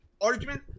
Argument